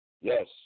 Yes